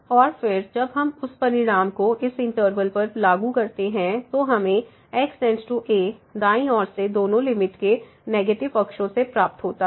और फिर जब हम उस परिणाम को इस इंटरवल पर लागू करते हैं तो हमें x→a दाईं ओर से दोनों लिमिट के नेगेटिव पक्षों से प्राप्त होता है